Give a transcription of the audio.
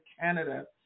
Canada